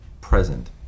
present